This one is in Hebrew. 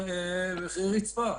במחירי רצפה.